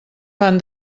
fan